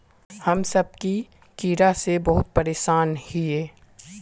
हम सब की कीड़ा से बहुत परेशान हिये?